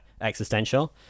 existential